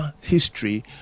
history